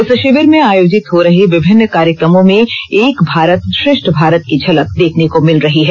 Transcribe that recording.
इस शिविर में आयोजित हो रहे विभिन्न कार्यक्रमों में एक भारत श्रेष्ठ भारत की झलक देखने को मिल रही है